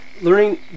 learning